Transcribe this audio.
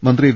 മന്ത്രി വി